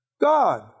God